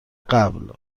قبل